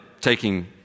taking